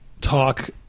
talk